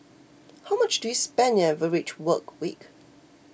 how much do you spend in an average work week